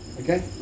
okay